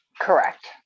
correct